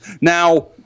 Now